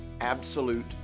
absolute